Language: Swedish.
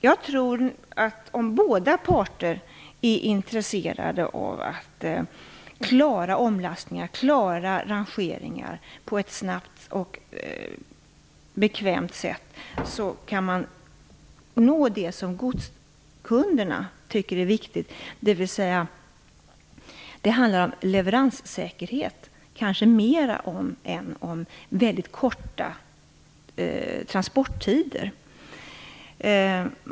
Jag tror att det - om båda parterna är intresserade av att klara omlastningar, rangeringar, snabbt och bekvämt - går att nå det som godskunderna tycker är viktigt. Det handlar alltså kanske mera om leveranssäkerhet än om väldigt korta transporttider.